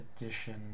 edition